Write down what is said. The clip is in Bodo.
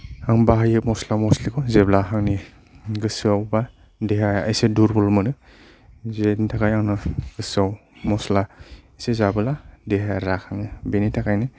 आं बाहायो मसला मसलिखौ जेब्ला आंनि गोसोआव बा देहाया इसे दुर्बल मोनो जेनि थाखाय आंनाव गोसोआव मसला इसे जाबोला देहाया राखाङो बेनि थाखायनो